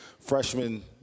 freshman